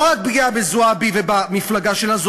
לא רק פגיעה בזועבי ובמפלגה שלה,